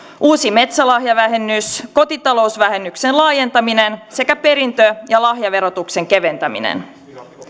uusi metsälahjavähennys kotitalousvähennyksen laajentaminen sekä perintö ja lahjaverotuksen keventäminen